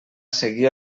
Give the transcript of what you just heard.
seguir